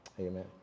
Amen